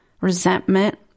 Resentment